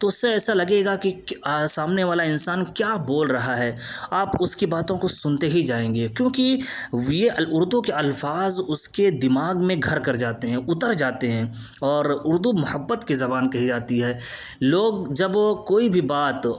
تو اس سے ایسا لگے گا کہ سامنے والا انسان کیا بول رہا ہے آپ اس کی باتوں کو سنتے ہی جائیں گے کیونکہ یہ اردو کے الفاظ اس کے دماغ میں گھر کر جاتے ہیں اتر جاتے ہیں اور اردو محبت کی زبان کہی جاتی ہے لوگ جب کوئی بھی بات